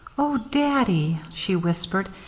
oh, daddy, she whispered,